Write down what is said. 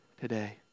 today